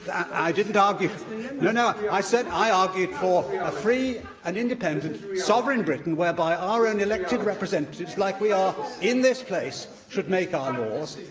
i didn't argue interruption. no, no, i said i argued for a free and independent sovereign britain, whereby our own elected representatives, like we are in this place, should make our laws,